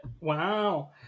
Wow